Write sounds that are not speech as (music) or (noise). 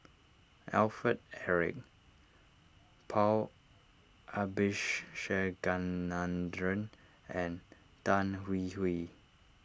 Alfred Eric Paul (unintelligible) and Tan Hwee Hwee